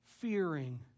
fearing